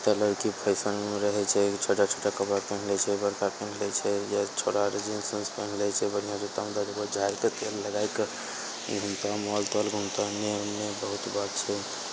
कते लड़की फैशनमे रहय छै छोटा छोटा कपड़ा पेन्ह लै छै बड़का पेन्ह लै छै या छोटा अर जींस उन्स पेन्ह लै छै बढ़िआँ जूता झाड़ि कऽ तेल लगा कऽ घुमतऽ मॉल तॉल घुमतऽ एन्ने ओन्ने बहुत बात छै